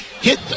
hit